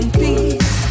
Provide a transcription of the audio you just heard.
peace